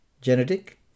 genetic